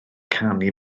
canu